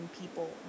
people